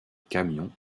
camions